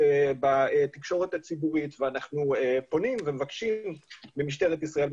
בתקשורת הציבורית ואנחנו פונים ומבקשים ממשטרת ישראל,